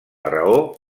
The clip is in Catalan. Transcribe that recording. raó